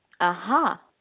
aha